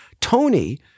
Tony